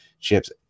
chips